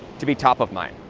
to be top of mind.